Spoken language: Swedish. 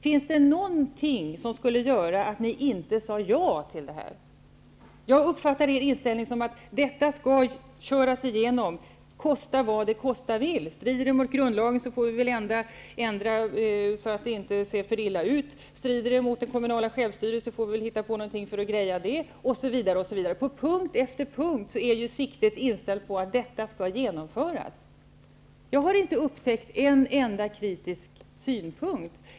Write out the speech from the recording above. Finns det något som skulle göra att ni inte säger ja till detta? Jag uppfattar er inställning som att detta skall köras igenom kosta vad det kosta vill. Strider det mot grundlagen, får väl en ändring göras så att det inte ser så illa ut. Strider det mot det kommunala självstyret, får man väl hitta på något som grejar det. På punkt efter punkt är siktet inställt på att detta avtal skall genomföras. Jag har inte upptäckt en enda kritisk synpunkt.